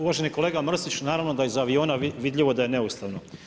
Uvaženi kolega Mrsić, naravno da je iz aviona vidljivo da je neustavno.